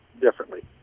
differently